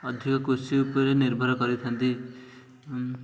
ଅଧିକ କୃଷି ଉପରେ ନିର୍ଭର କରିଥାନ୍ତି